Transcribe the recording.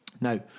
Now